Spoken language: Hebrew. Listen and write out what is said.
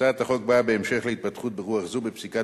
הצעת החוק באה בהמשך להתפתחות ברוח זו בפסיקת